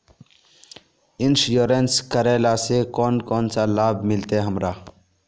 Insurance करेला से कोन कोन सा लाभ मिलते हमरा?